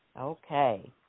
Okay